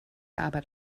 arbeit